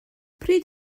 pryd